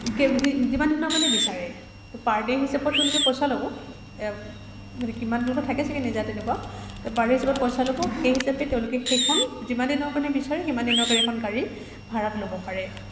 কে যিমান দিনৰ কাৰণে বিচাৰে ত' পাৰ ডে' হিচাপত তেওঁলোকে পইচা ল'ব মানে কিমান তেওঁলোকৰ থাকে চাগে নিজা তেনেকুৱা ত' পাৰ ডে' হিচাপত পইচা ল'ব সেই হিচাপে তেওঁলোকে সেইখন যিমান দিনৰ কাৰণে বিচাৰে সিমান দিনৰ কাৰণে এখন গাড়ী ভাড়াত ল'ব পাৰে